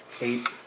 Eight